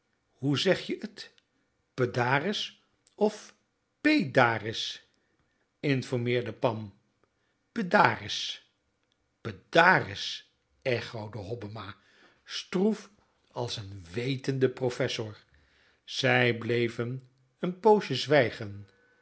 hoe zeg je t pedàris of péédaris informeerde pam pedàris pedàris echoode hobbema stroef als een wètend professor zij bleven een poosje zwijgend